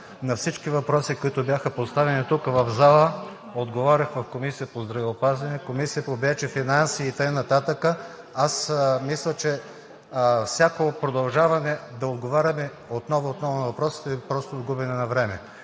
На всички въпроси, които бяха поставени тук в залата, отговарях в Комисията по здравеопазване, в Комисията по бюджет и финанси и така нататък. Аз мисля, че всяко продължаване да отговаряме отново и отново на въпросите, просто е губене на време.